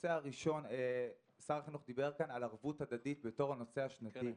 הנושא הראשון שר החינוך דיבר כאן על ערבות הדדית בתור הנושא השנתי.